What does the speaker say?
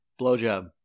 Blowjob